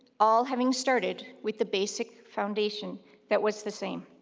all having started with the basic foundation that was the same.